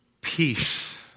Peace